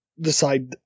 decide